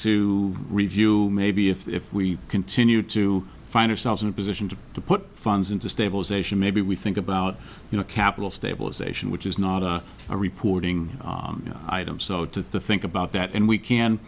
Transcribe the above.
to review maybe if we continue to find ourselves in a position to to put funds into stabilization maybe we think about you know capital stabilization which is not a reporting item so to think about that and we can